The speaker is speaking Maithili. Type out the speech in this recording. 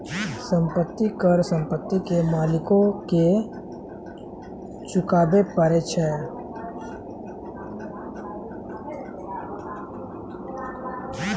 संपत्ति कर संपत्ति के मालिको के चुकाबै परै छै